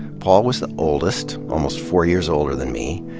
paul was the oldest, almost four years older than me.